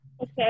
Okay